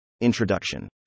Introduction